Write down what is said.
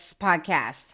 podcast